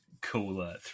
cooler